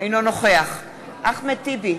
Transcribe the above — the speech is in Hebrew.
אינו נוכח אחמד טיבי,